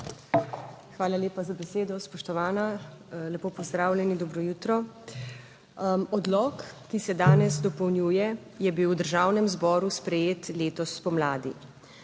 Hvala lepa za besedo. Spoštovani, lepo pozdravljeni, dobro jutro! Odlok, ki se danes dopolnjuje, je bil v Državnem zboru sprejet letos spomladi.